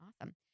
Awesome